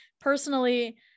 Personally